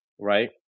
right